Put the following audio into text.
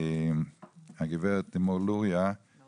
הגברת לימור לוריא, לדבר.